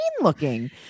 looking